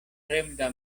fremda